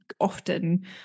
often